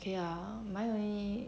okay ya mine only